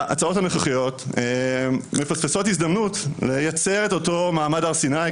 ההצעות הנוכחיות מפספסות הזדמנות לייצר את אותו מעמד הר סיני,